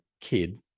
kid